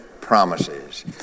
promises